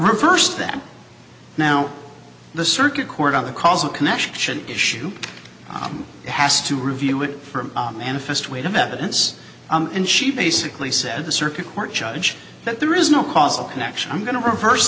reversed that now the circuit court of the causal connection issue has to review would manifest weight of evidence and she basically said the circuit court judge that there is no causal connection i'm going to reverse